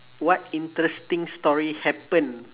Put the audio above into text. what interesting story happened